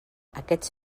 aquests